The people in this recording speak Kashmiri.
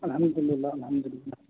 اَلحمدُاللہ اَلحمدُاللہ